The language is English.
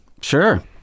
Sure